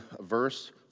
verse